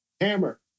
Hammer